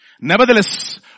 Nevertheless